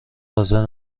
حاضر